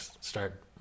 start